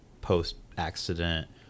post-accident